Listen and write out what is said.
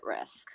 risk